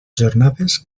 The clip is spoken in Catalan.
jornades